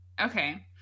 Okay